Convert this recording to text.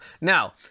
Now